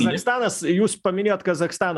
kazachstanas jūs paminėjot kazachstaną